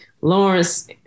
Lawrence